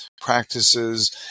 practices